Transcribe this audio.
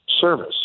service